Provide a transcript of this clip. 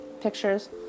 pictures